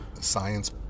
Science